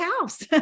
house